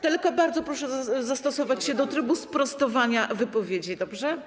Tylko bardzo proszę zastosować się do trybu sprostowania wypowiedzi, dobrze?